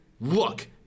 look